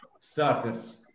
starters